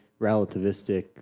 relativistic